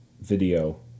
video